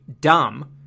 Dumb